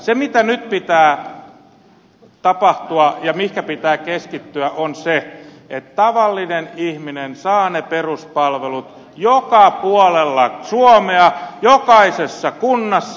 se mitä nyt pitää tapahtua ja mihin pitää keskittyä on se että tavallinen ihminen saa ne peruspalvelut joka puolella suomea jokaisessa kunnassa